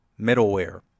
middleware